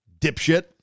dipshit